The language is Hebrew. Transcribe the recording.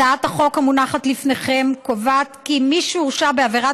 הצעת החוק המונחת לפניכם קובעת כי מי שהורשע בעבירת